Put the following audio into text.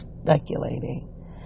speculating